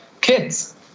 kids